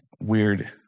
weird